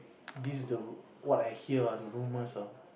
this the what I hear ah the rumors ah